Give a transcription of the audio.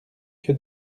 que